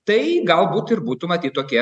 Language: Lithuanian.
tai galbūt ir būtų matyt tokie